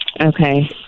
Okay